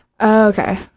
Okay